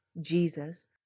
Jesus